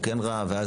אם הוא כן ראה וכו'.